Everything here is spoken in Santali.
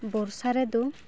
ᱵᱚᱨᱥᱟ ᱨᱮᱫᱚ